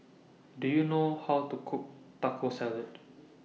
Do YOU know How to Cook Taco Salad